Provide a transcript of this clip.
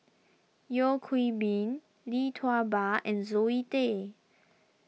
Yeo Hwee Bin Lee Tua Ba and Zoe Tay